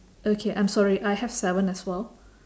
okay I'm sorry I have seven as well